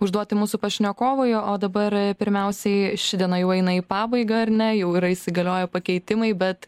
užduoti mūsų pašnekovui o dabar pirmiausiai ši diena jau eina į pabaigą ar ne jau yra įsigalioję pakeitimai bet